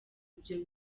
ibyo